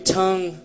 tongue